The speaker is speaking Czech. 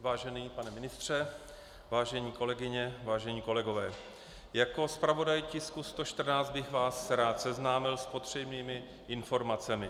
Vážený pane ministře, vážené kolegyně, vážení kolegové, jako zpravodaj tisku 114 bych vás rád seznámil s potřebnými informacemi.